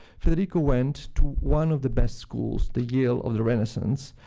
federico went to one of the best schools, the yale of the renaissance,